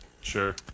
Sure